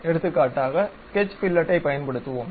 எடுத்துக்காட்டாக ஸ்கெட்ச் ஃபில்லட்டைப் பயன்படுத்துவோம்